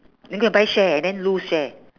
you go and buy share then lose share